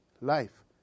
life